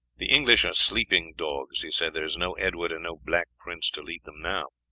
the english are sleeping dogs, he said there is no edward and no black prince to lead them now.